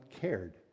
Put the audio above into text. cared